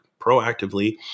proactively